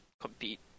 compete